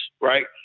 right